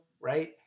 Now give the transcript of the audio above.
right